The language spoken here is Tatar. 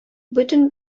бөтен